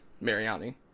mariani